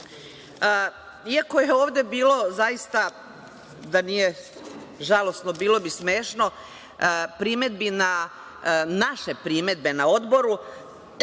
iako je ovde bilo, zaista, da nije žalosno bilo bi smešno, naše primedbe na Odboru